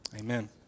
Amen